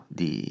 di